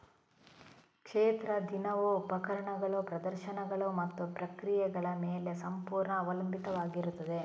ಕ್ಷೇತ್ರ ದಿನವು ಉಪಕರಣಗಳು, ಪ್ರದರ್ಶನಗಳು ಮತ್ತು ಪ್ರಕ್ರಿಯೆಗಳ ಮೇಲೆ ಸಂಪೂರ್ಣ ಅವಲಂಬಿತವಾಗಿರುತ್ತದೆ